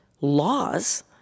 laws